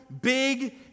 big